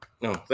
No